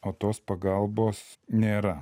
o tos pagalbos nėra